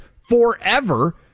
forever